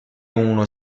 uno